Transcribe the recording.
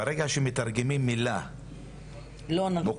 ברגע שמתרגמים מילה כמו המילה התקוממות / התנגדות (مقاومة,